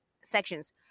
sections